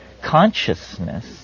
Consciousness